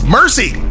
mercy